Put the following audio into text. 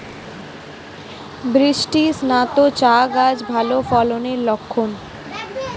বৃষ্টিস্নাত চা গাছ ভালো ফলনের লক্ষন